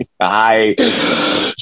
hi